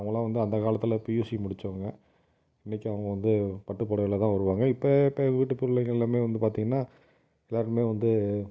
அவங்களாம் வந்து அந்த காலத்தில் பியூசி முடிச்சவங்க இன்றைக்கு வந்து பட்டு புடவைலதான் வருவாங்க இப்போ இப்போ வீட்டு பிள்ளைங்க எல்லாமே வந்து பார்த்தீங்கன்னா எல்லோருமே வந்து